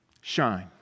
shine